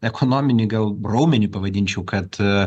ekonominį gal raumenį pavadinčiau kad